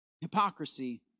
hypocrisy